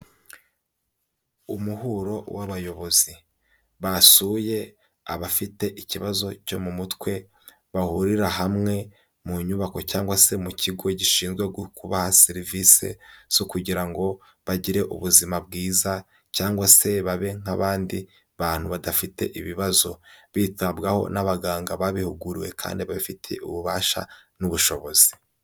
Umuhuro w'abayobozi basuye abafite ikibazo cyo mu mutwe, bahurira hamwe mu nyubako cyangwa se mu kigo gishinzwe kubaha serivisi zo kugira ngo bagire ubuzima bwiza, cyangwase babe nk'abandi bantu badafite ibibazo. Bitabwaho n'abaganga babihuguriwe kandi babifitiye ububasha n'ubushobozi.